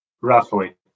Roughly